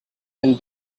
and